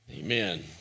Amen